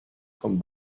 con